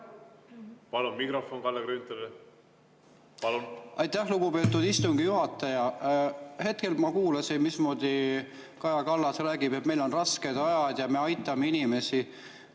Palun mikrofon Kalle Grünthalile! Aitäh, lugupeetud istungi juhataja! Ma kuulasin, mismoodi Kaja Kallas räägib, et meil on rasked ajad ja me aitame inimesi.